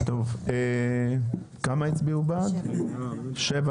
הצבעה אושר.